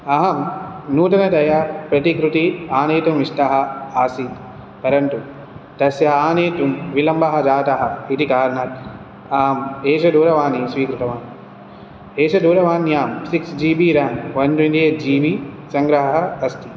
अहं नूतनतया प्रतिकृति आनेतुम् इष्टः आसीत् परन्तु तस्य आनेतुं विलम्बः जातः इति कारणात् अहम् एष दूरवानीं स्वीकृतवान् एषा दूरवान्यां six G B RAM one twenty eight G B सङ्ग्रहः अस्ति